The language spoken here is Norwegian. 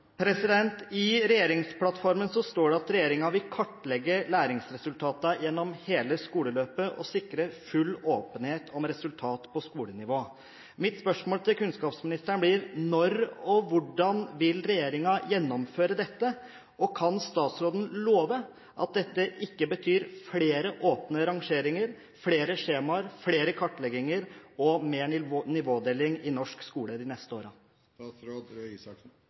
I regjeringsplattformen står det at regjeringen vil kartlegge læringsresultatene gjennom hele skoleløpet og sikre full åpenhet om resultat på skolenivå. Mitt spørsmål til kunnskapsministeren blir: Når og hvordan vil regjeringen gjennomføre dette? Og kan statsråden love at dette ikke betyr flere åpne rangeringer, flere skjemaer, flere kartlegginger og mer nivådeling i norsk skole de neste